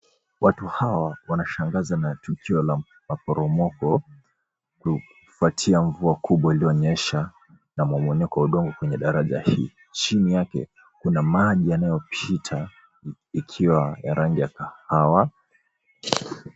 Watu hawa wanashangazwa na tukio la maporomoko kufuatia mvua kubwa ilionyesha na momonyoko wa udongo kwenye daraja hii. Chini yake kuna maji yanayopita ikiwa ya rangi ya kahawa.